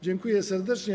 Dziękuję serdecznie.